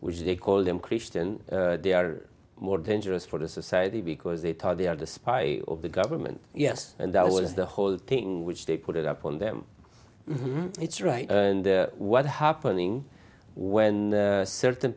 which they call them christian they are more dangerous for the society because they thought they were the spy of the government yes and that was the whole thing which they put upon them it's right and what happening when certain